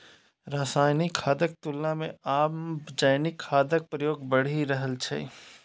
रासायनिक खादक तुलना मे आब जैविक खादक प्रयोग बढ़ि रहल छै